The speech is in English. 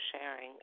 sharing